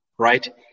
right